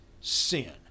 sin